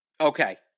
Okay